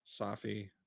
Safi